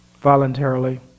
voluntarily